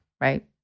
right